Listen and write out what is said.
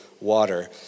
water